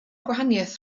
gwahaniaeth